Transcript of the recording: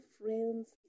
friends